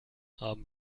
haben